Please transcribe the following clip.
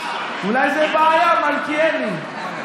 אולי זה בעיה, מלכיאלי.